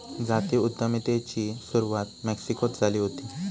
जाती उद्यमितेची सुरवात मेक्सिकोत झाली हुती